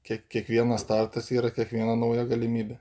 kiek kiekvienas startas yra kiekviena nauja galimybė